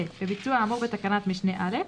בביצוע האמור בתקנת משנה (א),